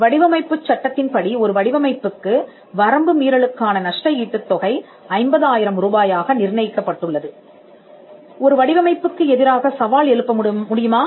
வடிவமைப்பு சட்டத்தின்படி ஒரு வடிவமைப்புக்கு வரம்பு மீறலுக் கான நஷ்ட ஈட்டுத் தொகை 50000 ரூபாயாக நிர்ணயிக்கப்பட்டுள்ளது ஒரு வடிவமைப்புக்கு எதிராக சவால் எழுப்ப முடியுமா